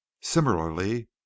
Similarly